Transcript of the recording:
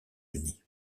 unis